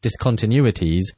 discontinuities